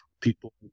People